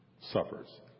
suffers